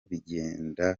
bigenda